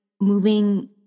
moving